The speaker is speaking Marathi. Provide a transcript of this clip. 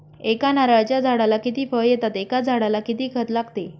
एका नारळाच्या झाडाला किती फळ येतात? एका झाडाला किती खत लागते?